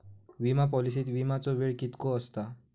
विमा पॉलिसीत विमाचो वेळ कीतको आसता?